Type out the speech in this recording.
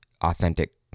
authentic